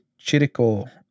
Chirico